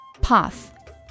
Path